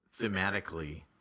thematically